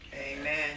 Amen